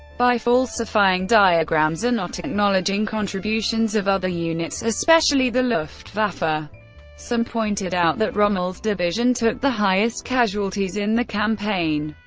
by falsifying diagrams or not acknowledging contributions of other units, especially the luftwaffe. some pointed out that rommel's division took the highest casualties in the campaign.